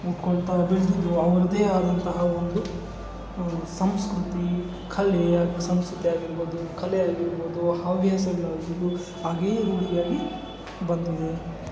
ಹುಟ್ಕೊಳ್ತಾ ಬೆಳೆದಿದ್ರು ಅವರದ್ದೇ ಆದಂತಹ ಒಂದು ಸಂಸ್ಕೃತಿ ಕಲೆ ಸಂಸ್ಕೃತಿಯಾಗಿರ್ಬೋದು ಕಲೆಯಾಗಿರ್ಬೋದು ಹವ್ಯಾಸ ಹಾಗೆಯೇ ರೂಢಿಯಾಗಿ ಬಂದಿದೆ